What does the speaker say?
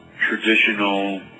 traditional